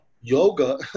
yoga